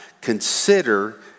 Consider